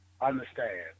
Understand